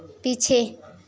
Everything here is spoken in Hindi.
पीछे